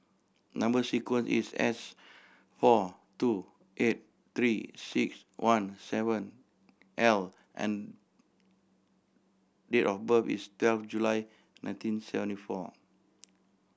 number sequence is S four two eight Three Six One seven L and date of birth is twelve July nineteen seventy four